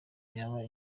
yaba